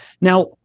Now